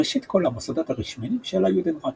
ראשית כל - המוסדות הרשמיים של היודנראט,